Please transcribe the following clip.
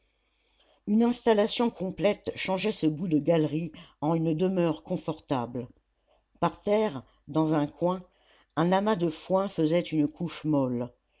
une installation complète changeait ce bout de galerie en une demeure confortable par terre dans un coin un amas de foin faisait une couche molle